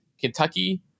Kentucky